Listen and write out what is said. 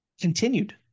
continued